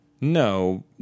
No